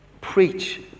preach